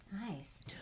Nice